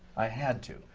i had to!